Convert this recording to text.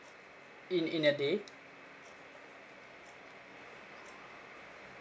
in in a day